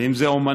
ואם זה אומנים,